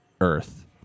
Earth